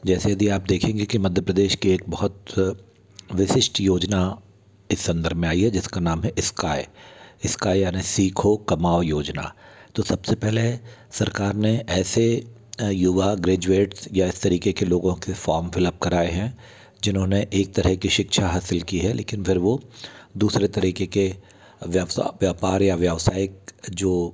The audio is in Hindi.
जैसे यदि आप देखेंगे कि मध्य प्रदेश के एक बहुत विशिष्ट योजना इस संदर्भ मे आई है जिसका नाम है स्काइ स्काइ यानि सीखो कमाओ योजना तो सबसे पहले सरकार ने ऐसे युवा ग्रेजुएट्स या इस तरीके के लोगों के फॉर्म फिलअप कराये है जिन्होंने एक तरह की शिक्षा हासिल की है लेकिन फिर वो दूसरे तरीके के व्यापार या व्यवसायिक जो